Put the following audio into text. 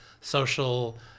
social